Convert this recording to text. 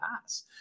pass